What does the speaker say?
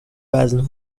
وزن